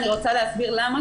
אני רוצה להסביר למה,